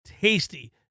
tasty